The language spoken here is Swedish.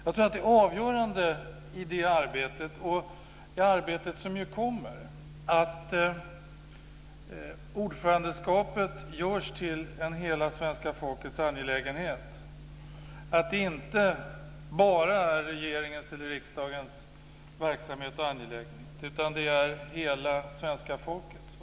Jag tror att det avgörande i det arbetet och i arbetet som kommer är att ordförandeskapet görs till hela svenska folkets angelägenhet - att det inte bara är regeringens eller riksdagens verksamhet och angelägenhet, utan att det är hela svenska folkets.